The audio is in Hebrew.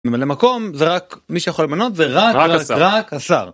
ממלא מקום זה רק מי שיכול למנות זה רק השר. רק השר. רק השר.